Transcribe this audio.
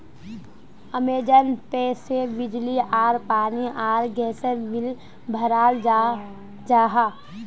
Amazon pay से बिजली आर पानी आर गसेर बिल बहराल जाहा